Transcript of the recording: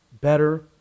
better